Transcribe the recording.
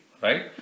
right